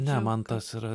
ne man tas yra